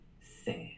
sad